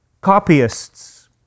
copyists